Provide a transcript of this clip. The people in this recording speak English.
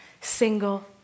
single